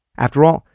after all,